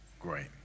great